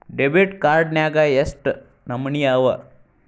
Debit card ನ್ಯಾಗ್ ಯೆಷ್ಟ್ ನಮನಿ ಅವ?